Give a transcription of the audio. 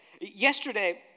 Yesterday